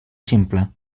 simple